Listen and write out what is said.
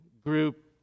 group